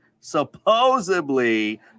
supposedly